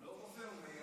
הוא לא רופא, הוא מיילד.